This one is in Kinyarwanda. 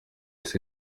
ese